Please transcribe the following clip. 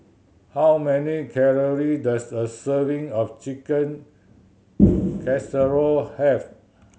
how many calorie does a serving of Chicken Casserole have